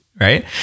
right